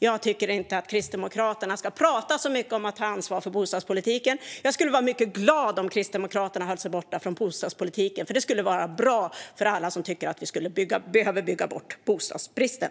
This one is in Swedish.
Jag tycker inte att Kristdemokraterna ska tala så mycket om att ta ansvar för bostadspolitiken. Jag skulle vara mycket glad om Kristdemokraterna höll sig borta från bostadspolitiken. Det skulle vara bra för alla som tycker att vi behöver bygga bort bostadsbristen.